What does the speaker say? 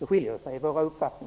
skiljer sig åt.